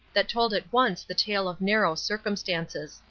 that told at once the tale of narrow circumstances.